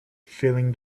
filling